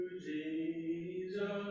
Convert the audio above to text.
jesus